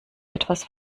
etwas